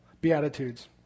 Beatitudes